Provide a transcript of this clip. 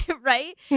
Right